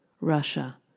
Russia